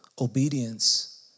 obedience